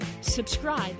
Subscribe